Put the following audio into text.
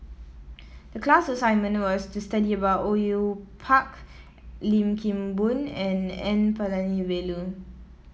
the class assignment was to study about Au Yue Pak Lim Kim Boon and N Palanivelu